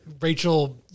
Rachel